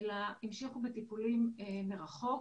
אלא המשיכו בטיפולים מרחוק.